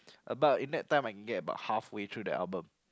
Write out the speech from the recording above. about a nap time I can get about halfway through the album